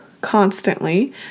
constantly